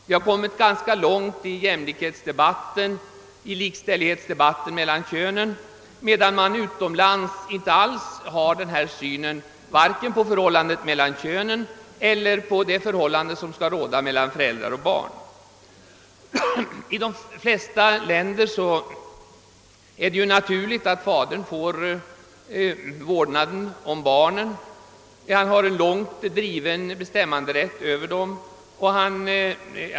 Vi har kommit ganska långt i debatten om likställighet mellan könen, medan man utomlands inte alls har denna syn vare sig på förhållandet mellan könen eller på det förhållande som skall råda mellan föräldrar och barn. I de flesta länder är det naturligt att fadern får vårdnaden om barnen. Han har en långt driven bestämmanderätt över dem.